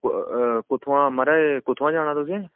कुत्थुआं माराज कुत्थुआं जाना तुसें